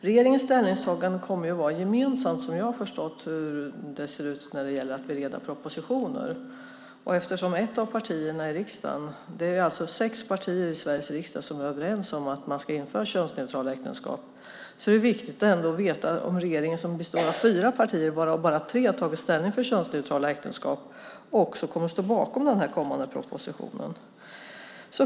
Regeringens ställningstagande kommer att vara gemensamt. Det är som jag förstått så det ser ut när det gäller att bereda propositioner. Det är alltså sex partier i Sveriges riksdag som är överens om att införa könsneutrala äktenskap. Det är viktigt att veta om regeringen - som består av fyra partier, varav bara tre har tagit ställning för könsneutrala äktenskap - också kommer att stå bakom den kommande propositionen.